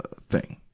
thing,